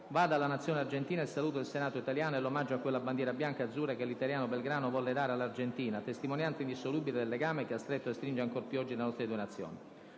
vada alla Nazione argentina il saluto del Senato italiano e l'omaggio a quella bandiera bianca e azzurra che l'italiano Belgrano volle dare all'Argentina, a testimonianza indissolubile del legame che ha stretto e stringe ancor più oggi le nostre due Nazioni.